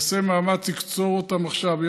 ייעשה מאמץ לקצור אותם עכשיו.